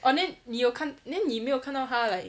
orh then 你有 then 你没有看到他 like